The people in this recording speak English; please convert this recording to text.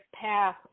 path